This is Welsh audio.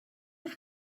eich